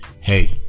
hey